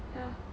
ya